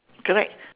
correct